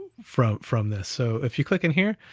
from from this. so if you click in here,